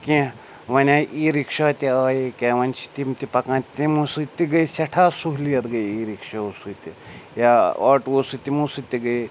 کیٚنٛہہ وۄنۍ آیہِ ای رِکشہ تہِ آیہِ کیاہ وۄنۍ چھِ تِم تہِ پَکان تِمو سۭتۍ تہِ گٔے سٮ۪ٹھاہ سہوٗلیت گٔے ای رِکشاہو سۭتۍ تہِ یا آٹووٗ سۭتۍ تِمو سۭتۍ تہِ گٔے